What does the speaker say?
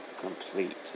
complete